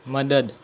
મદદ